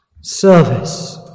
Service